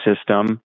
system